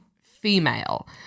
Female